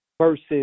versus